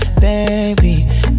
Baby